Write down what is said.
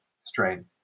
strain